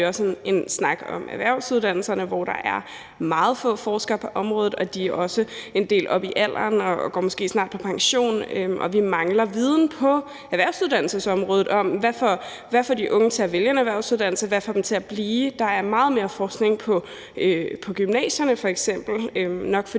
også en snak om erhvervsuddannelserne. Der er meget få forskere på området, en del er også oppe i alderen og går måske snart på pension, og vi mangler viden på erhvervsuddannelsesområdet om, hvad der får de unge til at vælge en erhvervsuddannelse, og hvad der får dem til at blive. Der er meget mere forskning på gymnasierne f.eks., nok fordi